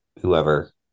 whoever